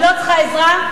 אני לא צריכה עזרה.